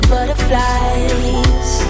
Butterflies